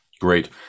Great